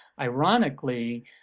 ironically